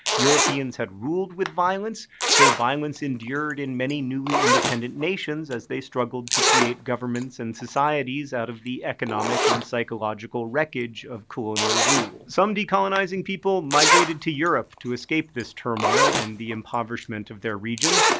europeans had ruled with violence, so violence endured in many newly independent nations as they struggled to create governments and societies out of the economic and psychological wreckage of colonial rule. some decolonizing people migrated to europe to escape this turmoil and the impoverishment of their regions.